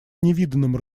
невиданным